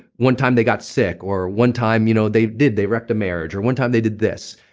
one time they got sick or one time you know they did, they wrecked a marriage, or one time they did this.